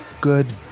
good